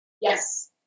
Yes